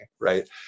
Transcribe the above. Right